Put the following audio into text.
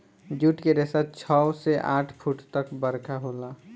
जुट के रेसा छव से आठ फुट तक बरका होला